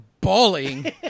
bawling